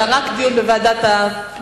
אלא רק דיון בוועדת הפנים.